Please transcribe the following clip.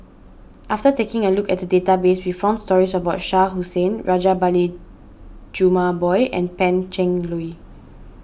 after taking a look at the database we found stories about Shah Hussain Rajabali Jumabhoy and Pan Cheng Lui